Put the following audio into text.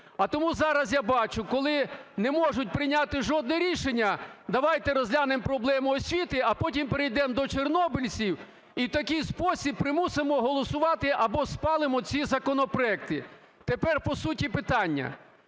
А тому зараз я бачу коли не можуть прийняти жодне рішення – давайте розглянемо проблему освіти, а потім перейдемо до чорнобильців і в такий спосіб примусимо голосувати або спалимо ці законопроекти. Тепер по суті питання,